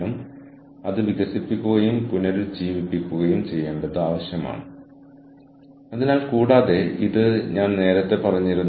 കൂടാതെ ആർക്കാണ് അവർക്ക് നൽകാൻ കഴിയുക ഉപഭോക്താക്കൾക്ക് ആവശ്യമുള്ളത് നൽകാൻ ഞങ്ങളെ സഹായിക്കാൻ ആർക്കൊക്കെ കഴിയും എന്ന് നമ്മൾ കണ്ടെത്തുന്നു